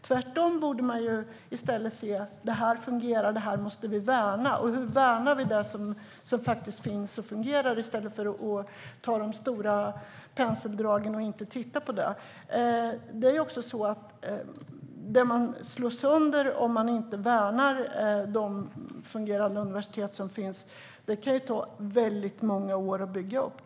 Tvärtom borde vi se att detta är något som fungerar och som därför måste värnas. Hur värnar vi det som faktiskt fungerar, i stället för att måla med stora penseldrag utan att titta på sådant? Det man slår sönder om man inte värnar de fungerande universiteten kan ta många år att bygga upp.